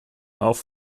auf